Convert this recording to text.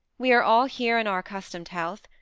we are all here in our accustomed health.